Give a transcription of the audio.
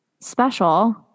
special